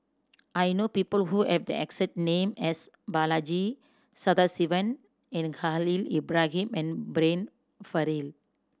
I know people who have the exact name as Balaji Sadasivan and Khalil Ibrahim and Brian Farrell